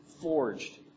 forged